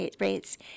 rates